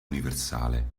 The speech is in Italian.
universale